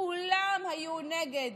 כולם היו נגד